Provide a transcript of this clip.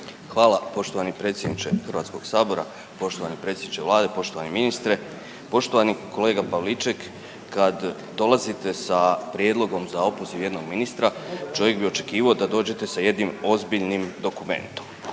Hvala poštovani predsjedniče Hrvatskoga sabora. Poštovani predsjedniče Vlade, poštovani ministre. Poštovani kolega Pavliček, kada dolazite sa prijedlogom za opoziv jednog ministra čovjek bi očekivao da dođete sa jednim ozbiljnim dokumentom.